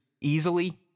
easily